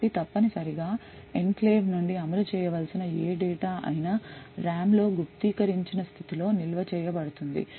కాబట్టి తప్పనిసరిగా ఎన్క్లేవ్ నుండి అమలు చేయవలసిన ఏ డేటా అయినా RAM లో గుప్తీకరించిన స్థితిలో నిల్వ చేయ బడుతుంది